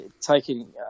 taking